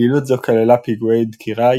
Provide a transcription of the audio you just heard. פעילות זו כללה פיגועי דקירה,